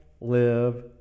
live